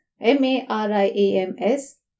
M-A-R-I-A-M-S